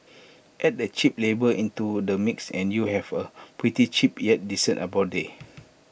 add the cheap labour into the mix and you have A pretty cheap yet decent abode